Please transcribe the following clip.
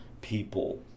people